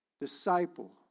disciple